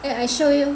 eh I show you